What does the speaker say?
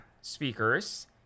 speakers